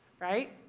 right